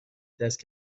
دست